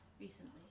recently